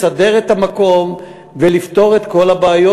שתסדר את המקום ותפתור את כל הבעיות,